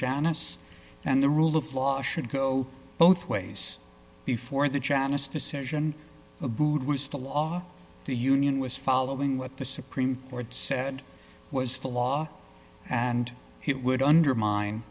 janice and the rule of law should go both ways before the janice decision abood was the law to union was following what the supreme court said was the law and it would undermine